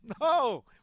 No